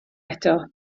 eto